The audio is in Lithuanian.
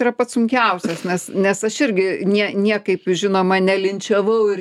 yra pats sunkiausias nes nes aš irgi nie niekaip žinoma ne linčiavau ir